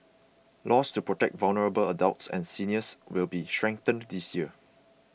laws to protect vulnerable adults and seniors will be strengthened this year